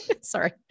Sorry